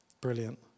brilliant